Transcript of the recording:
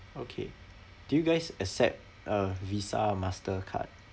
okay do you guys accept uh visa or mastercard